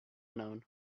known